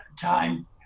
time